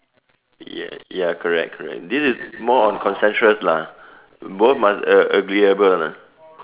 ya ya correct correct this is more on consensus lah both must uh agreeable lah